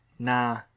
Nah